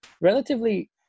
relatively